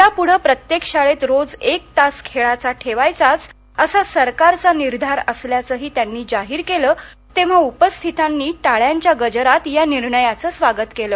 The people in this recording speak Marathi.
यापुढे प्रत्येक शाळेत रोज एक तास खेळाचा ठेवायचाच असा सरकारचा निर्धार असल्याचंही त्यांनी जाहीर केलं तेव्हा उपस्थितांनी टाळ्यांच्या गजरात या निर्णयाचं स्वागत केलं